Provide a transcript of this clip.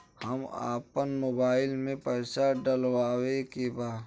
हम आपन मोबाइल में पैसा डलवावे के बा?